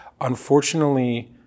Unfortunately